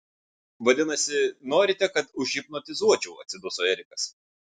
vadinasi norite kad užhipnotizuočiau atsiduso erikas